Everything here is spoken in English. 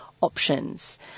options